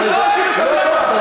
סיימת את דבריך.